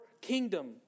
kingdom